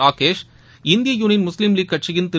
ராகேஷ் இந்திய Union Muslim League கட்சியின் திரு